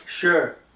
sure